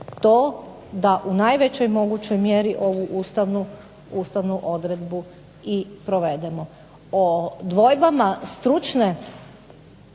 to da u najvećoj mogućoj mjeri ovu ustavnu odredbu i provedemo.